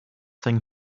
thing